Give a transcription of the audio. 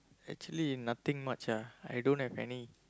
actually nothing much ah I don't have any